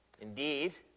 Indeed